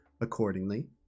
accordingly